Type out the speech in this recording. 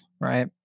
right